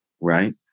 right